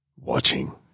Watching